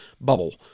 bubble